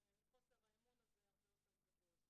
חוסר האמון הזה הרבה יותר גדול.